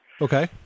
Okay